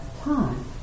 time